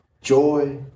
joy